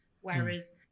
Whereas